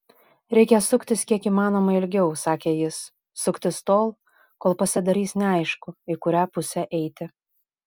reikia suktis kiek įmanoma ilgiau sakė jis suktis tol kol pasidarys neaišku į kurią pusę eiti